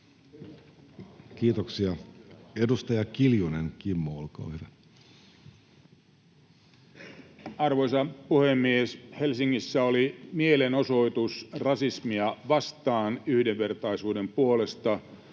yhteiskunnassa Time: 15:28 Content: Arvoisa puhemies! Helsingissä oli mielenosoitus rasismia vastaan yhdenvertaisuuden puolesta